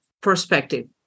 perspective